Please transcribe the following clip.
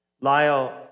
Lyle